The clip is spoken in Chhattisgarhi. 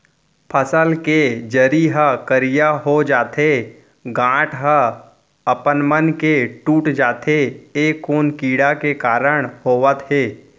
फसल के जरी ह करिया हो जाथे, गांठ ह अपनमन के टूट जाथे ए कोन कीड़ा के कारण होवत हे?